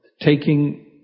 taking